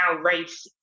race